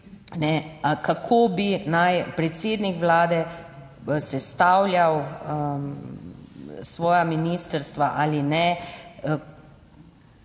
kako bi naj predsednik Vlade sestavljal svoja ministrstva ali ne. Jaz menim,